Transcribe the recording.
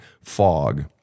fog